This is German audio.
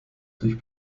durch